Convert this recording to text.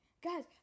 Guys